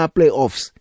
Playoffs